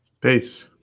Peace